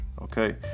Okay